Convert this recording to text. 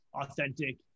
authentic